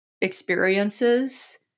experiences